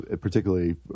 particularly